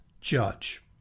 judge